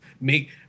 make